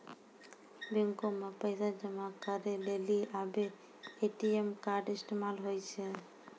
बैको मे पैसा जमा करै लेली आबे ए.टी.एम कार्ड इस्तेमाल होय छै